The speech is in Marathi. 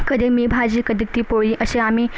कधी मी भाजी कधी ती पोळी असे आम्ही